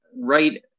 right